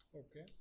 okay